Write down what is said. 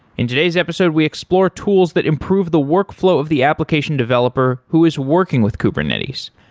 and today's episode we explore tools that improve the workflow of the application developer who is working with kubernetes.